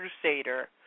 crusader